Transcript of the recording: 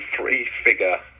three-figure